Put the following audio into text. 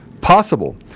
possible